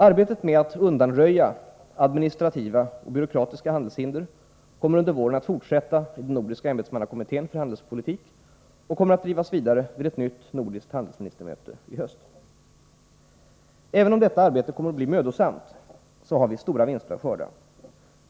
Arbetet med att undanröja administrativa och byråkratiska handelshinder kommer under våren att fortsätta i den nordiska ämbetsmannakommittén för handelspolitik, och det kommer att drivas vidare vid ett nytt nordiskt handelsministermöte i höst. Även om detta arbete kommer att bli mödosamt, har vi stora vinster att skörda.